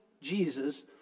Jesus